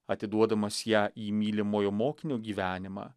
atiduodamas ją į mylimojo mokinio gyvenimą